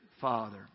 father